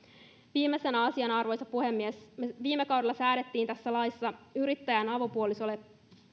viimeisenä asiana arvoisa puhemies viime kaudella säädettiin oikeus työttömyysturvaan yrittäjän avopuolisolle